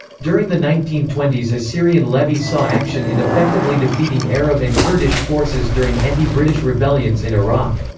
during the nineteen twenty s assyrian levies saw action in effectively defeating arab and kurdish forces during anti-british rebellions in iraq.